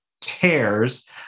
tears